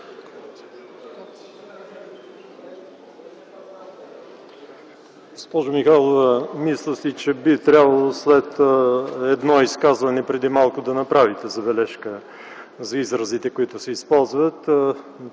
Госпожо Михайлова, мисля си, че би трябвало след едно изказване преди малко да направите забележка за изразите, които се използват.